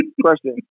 Question